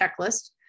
checklist